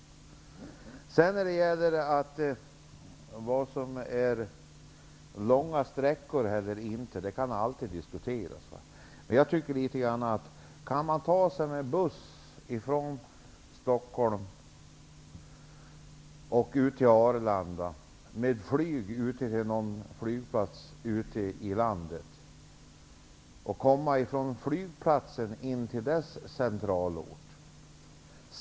Vad som är långa sträckor kan alltid diskuteras. Man måste ju ta sig med buss från Stockholm ut till Arlanda, med flyg därifrån till någon flygplats ute i landet och sedan komma från den flygplatsen till den centralorten.